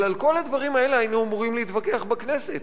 אבל על כל הדברים האלה היינו אמורים להתווכח בכנסת,